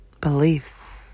Beliefs